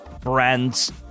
brands